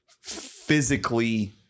physically